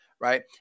right